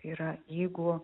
yra jeigu